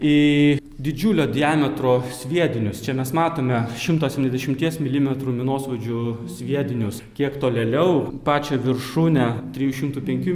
į didžiulio diametro sviedinius čia mes matome šimto septyniasdešimties milimetrų minosvaidžių sviedinius kiek tolėliau pačią viršūnę trijų šimtų penkių